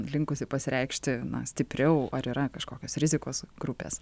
linkusi pasireikšti stipriau ar yra kažkokios rizikos grupės